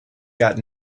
got